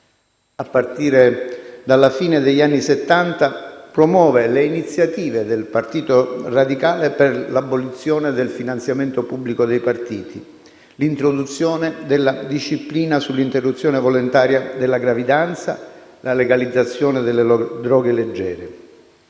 A partire dalla fine degli anni Settanta promuove le iniziative del Partito radicale per l'abolizione del finanziamento pubblico dei partiti, l'introduzione della disciplina sull'interruzione volontaria della gravidanza e la legalizzazione delle droghe leggere.